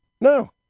No